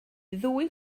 ddwy